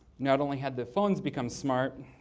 not only had the phones become smart,